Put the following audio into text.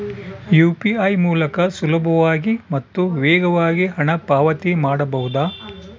UPI ಮೂಲಕ ಸುಲಭವಾಗಿ ಮತ್ತು ವೇಗವಾಗಿ ಹಣ ಪಾವತಿ ಮಾಡಬಹುದಾ?